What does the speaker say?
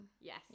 Yes